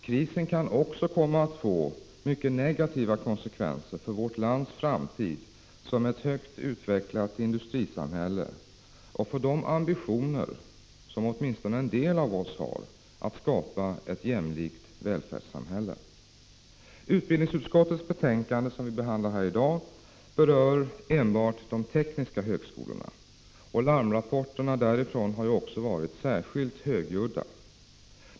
Krisen kan också komma att få mycket negativa konsekvenser för vårt lands framtid som ett högt utvecklat industrisamhälle och för de ambitioner som åtminstone en del av oss har att skapa ett jämlikt välfärdssamhälle. Utbildningsutskottets betänkande, som vi behandlar här i dag, berör enbart de tekniska högskolorna. Larmrapporterna därifrån har varit särskilt högljudda.